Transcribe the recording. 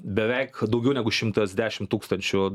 beveik daugiau negu šimtas dešim tūkstančių